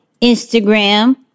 Instagram